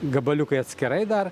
gabaliukai atskirai dar